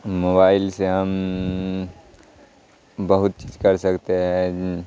mobile سے ہم بہت چیز کر سکتے ہیں